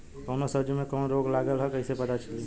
कौनो सब्ज़ी में कवन रोग लागल ह कईसे पता चली?